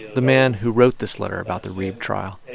the man who wrote this letter about the reeb trial.